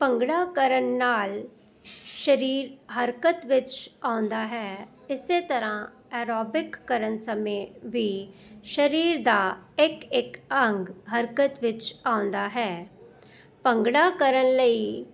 ਭੰਗੜਾ ਕਰਨ ਨਾਲ ਸਰੀਰ ਹਰਕਤ ਵਿੱਚ ਆਉਂਦਾ ਹੈ ਇਸੇ ਤਰ੍ਹਾਂ ਐਰੋਬਿਕ ਕਰਨ ਸਮੇਂ ਵੀ ਸਰੀਰ ਦਾ ਇੱਕ ਇੱਕ ਅੰਗ ਹਰਕਤ ਵਿੱਚ ਆਉਂਦਾ ਹੈ ਭੰਗੜਾ ਕਰਨ ਲਈ